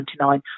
1999